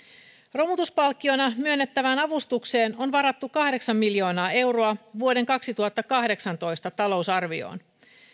romutuspalkkiona myönnettävään avustukseen on varattu kahdeksan miljoonaa euroa vuoden kaksituhattakahdeksantoista talousarvioon